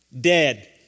dead